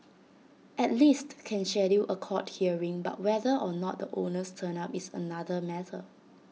at least can schedule A court hearing but whether or not the owners turn up is another matter